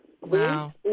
Wow